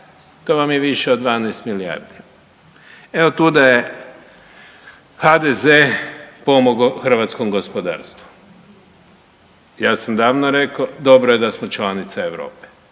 to vam je više od 12 milijardi. Evo od tuda je HDZ-e pomogao hrvatskom gospodarstvu. Ja sam davno rekao dobro je da smo članica Europe.